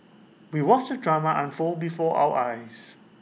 we watched the drama unfold before our eyes